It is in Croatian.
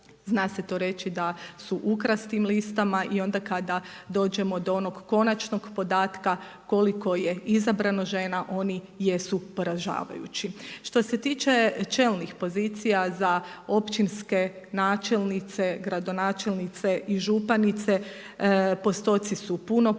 Zna se to reći da su ukras tim listama i onda kada dođemo do onog konačnog podatka koliko je izabrano žena oni jesu poražavajući. Što se tiče čelnih pozicija za općinske načelnice, gradonačelnice i županice postotci su puno, puno